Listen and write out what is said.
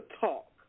talk